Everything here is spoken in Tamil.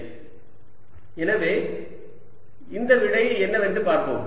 2πz2R2 2zRcosθR220 11dXz2R2 2zRXσR20zz R zR எனவே இந்த விடை என்னவென்று பார்ப்போம்